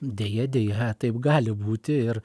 deja deja taip gali būti ir